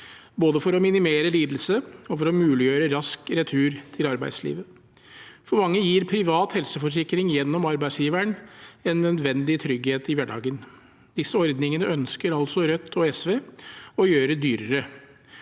både for å minimere lidelse og for å muliggjøre rask retur til arbeidslivet. For mange gir privat helseforsikring gjennom arbeidsgiveren en nødvendig trygghet i hverdagen. Disse ordningene ønsker altså Rødt og SV å gjøre dyrere.